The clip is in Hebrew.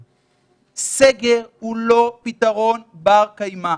שסגר הוא לא פתרון בר קיימא.